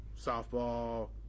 softball